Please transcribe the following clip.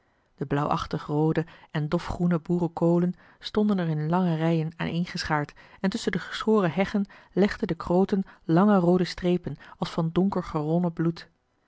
de blauwachtig roode en dofgroene boerenkoolen stonden er in lange rijen aaneengeschaard en tusschen de geschoren heggen legden de kroten lange roode strepen als van donker geronnen bloed